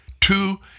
Two